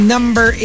Number